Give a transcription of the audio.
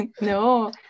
No